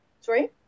Sorry